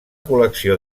col·lecció